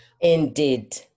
Indeed